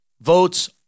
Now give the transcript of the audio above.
votes